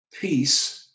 peace